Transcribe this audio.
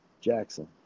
Jackson